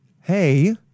Hey